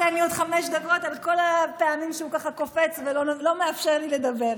תן לי עוד חמש דקות על כל הפעמים שהוא קופץ ולא מאפשר לי לדבר,